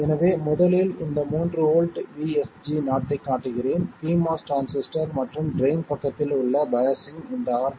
எனவே முதலில் இந்த 3 வோல்ட் VSG0 ஐக் காட்டுகிறேன் pMOS டிரான்சிஸ்டர் மற்றும் ட்ரைன் பக்கத்தில் உள்ள பையாஸ்ஸிங் இந்த RD